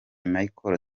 michel